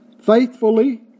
faithfully